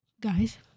Guys